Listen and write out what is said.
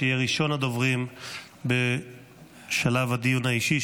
שיהיה ראשון הדוברים בשלב הדיון האישי,